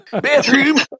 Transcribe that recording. bathroom